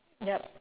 yup